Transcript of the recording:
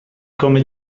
komme